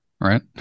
right